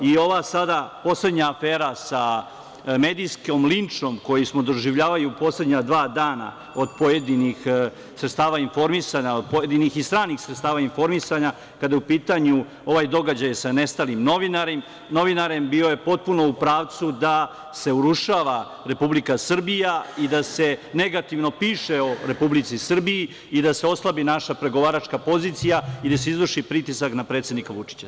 I ova sada poslednja afera sa medijskim linčom koji smo doživljavali u poslednja dva dana od pojedinih sredstava informisanja, od pojedinih i stranih sredstava informisanja kada je u pitanju ovaj događaj sa nestalim novinarem, bio je potpuno u pravcu da se urušava Republika Srbija i da se negativno piše o Republici Srbiji i da se oslabi naša pregovaračka pozicija i da se izvrši pritisak na predsednika Vučića.